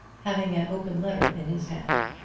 having an open letter in his hand.